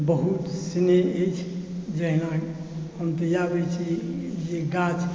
बहुत स्नेह अछि जहिना हम तऽ इएह बुझै छियै जे गाछ